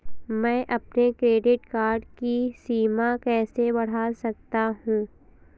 मैं अपने credit card की सीमा कैसे बढ़ा सकता हूँ?